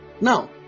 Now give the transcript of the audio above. Now